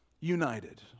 united